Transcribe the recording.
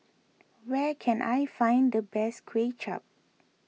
where can I find the best Kway Chap